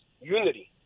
Unity